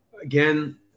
Again